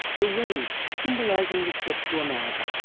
the waves symbolizing the trip to america,